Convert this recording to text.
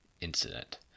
incident